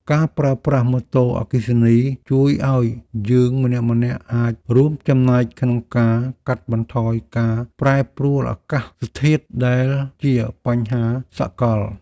ការប្រើប្រាស់ម៉ូតូអគ្គិសនីជួយឱ្យយើងម្នាក់ៗអាចរួមចំណែកក្នុងការកាត់បន្ថយការប្រែប្រួលអាកាសធាតុដែលជាបញ្ហាសកល។